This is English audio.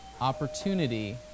opportunity